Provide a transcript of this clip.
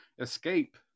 escape